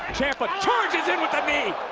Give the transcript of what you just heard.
ciampa charges in with um a